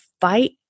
fight